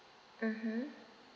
mmhmm